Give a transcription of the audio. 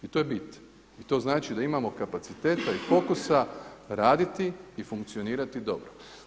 I to je bit i to znači da imamo kapaciteta i fokusa raditi i funkcionirati dobro.